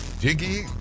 Jiggy